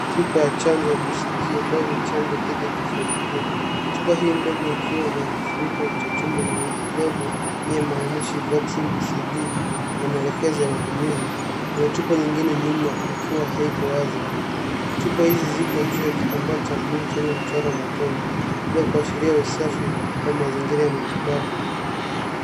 Chupa ya chango ya BCG ambayo ni chanjo dhidi ya kifua kikuu. Chupa hii ndogo ikiwa ina kifuniko cha chuma na lebo yenye maandishi Vaccin BCG na maelezo ya matumizi. Kuna chupa nyingine nyuma ikiwa haiko wazi. Chupa hizi ziko juu ya kitamba cha buluu chenye mchoro wa matone labda kuashiria usafi au mazingira ya matibabu.